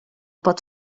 pot